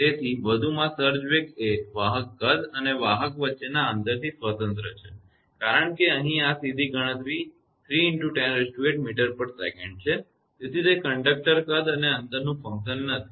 તેથી વધુમાં સર્જ વેગ એ વાહક કદ અને વાહકો વચ્ચેના અંતરથી સ્વતંત્ર છે કારણ કે અહીં આ સીધી ગણતરી 3×108 mtsec છે તેથી તે કંડક્ટર કદ અને અંતરનું ફંકશન નથી